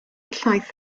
llaeth